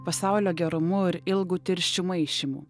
pasaulio gerumu ir ilgu tirščių maišymu